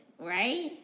Right